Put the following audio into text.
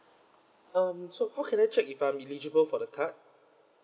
um so how can I check if I'm eligible for the card